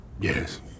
Yes